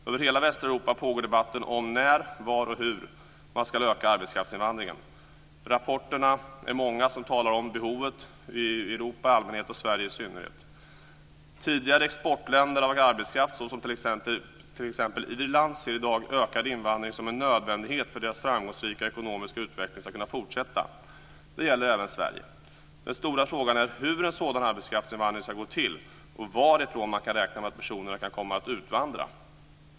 Över hela Västeuropa pågår debatten om när, var och hur man ska öka arbetskraftsinvandringen. Rapporterna som talar om behovet i Europa i allmänhet och Sverige i synnerhet är många. Tidigare exportländer av arbetskraft, t.ex. Irland, ser i dag ökad invandring som en nödvändighet för att deras framgångsrika ekonomiska utveckling ska kunna fortsätta. Det gäller även Sverige. Den stora frågan är hur en sådan arbetskraftsinvandring ska gå till, och varifrån man kan räkna med att personerna kan komma att utvandra.